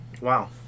Wow